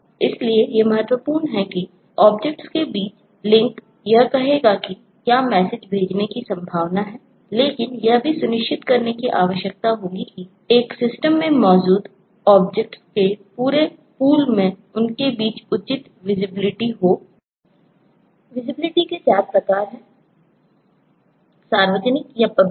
इसलिए यह महत्वपूर्ण है कि ऑब्जेक्ट्स